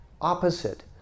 opposite